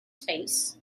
space